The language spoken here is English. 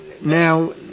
now